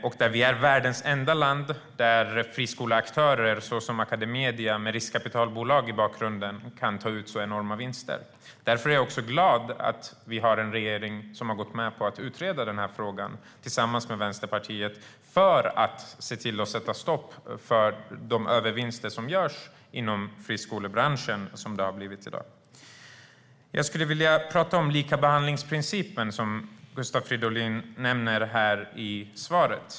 Sverige är världens enda land där friskoleaktörer, som Academedia, med riskkapitalbolag i bakgrunden kan ta ut enorma vinster. Därför är jag glad över att vi har en regering som har gått med på att utreda frågan tillsammans med Vänsterpartiet för att se till att sätta stopp för de övervinster som görs inom friskolebranschen. Jag skulle vilja prata om likabehandlingsprincipen, som Gustav Fridolin nämner i svaret.